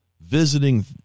visiting